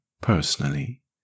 personally